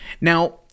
Now